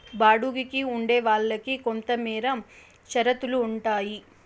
బాడుగికి ఉండే వాళ్ళకి కొంతమేర షరతులు ఉంటాయి